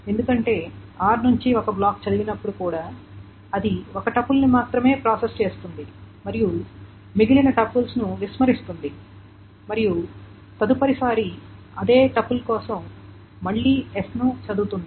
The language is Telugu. ఎందుకంటే r నుండి ఒక బ్లాక్ చదివినప్పుడు కూడా అది ఒక టపుల్ని మాత్రమే ప్రాసెస్ చేస్తుంది మరియు మిగిలిన టపుల్స్ను విస్మరిస్తుంది మరియు తదుపరి సారి అదే టపుల్ కోసం మళ్లీ s ను చదువుతుంది